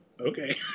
okay